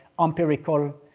empirical